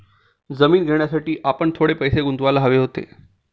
जमीन घेण्यासाठी आपण थोडे पैसे गुंतवायला हवे होते